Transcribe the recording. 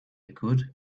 could